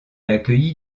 accueilli